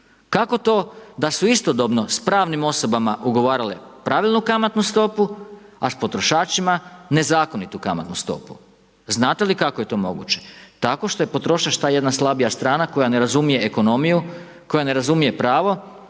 Kako to da su istodobno sa pravnim osobama ugovarale pravilnu kamatnu stopu a s potrošačima nezakonitu kamatnu stopu? Znate li kako je to moguće? Tako što je potrošač ta jedna slabija strana koja ne razumije ekonomiju, koja ne razumije pravo